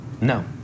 No